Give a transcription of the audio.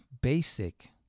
basic